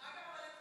ההצעה להעביר את